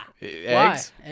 Eggs